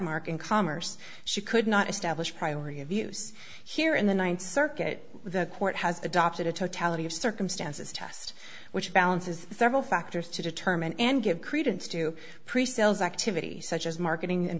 mark in commerce she could not establish priority of use here in the ninth circuit the court has adopted a totality of circumstances test which balances several factors to determine and give credence to pre sales activity such as marketing and